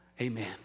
amen